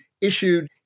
issued